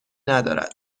ندارد